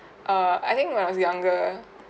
err I think when I was younger